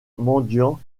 mendiants